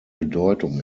bedeutung